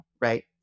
right